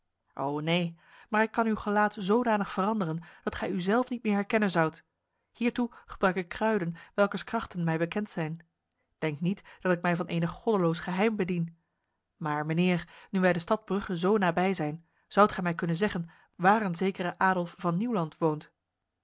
ho neen maar ik kan uw gelaat zodanig veranderen dat gij uzelf niet meer herkennen zoudt hiertoe gebruik ik kruiden welkers krachten mij bekend zijn denk niet dat ik mij van enig goddeloos geheim bedien maar mijnheer nu wij de stad brugge zo nabij zijn zoudt gij mij kunnen zeggen waar een zekere adolf van nieuwland woont